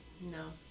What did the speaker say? No